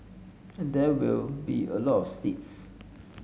and there will be a lot of seeds